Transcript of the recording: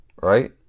Right